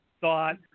thought